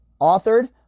Authored